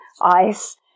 ice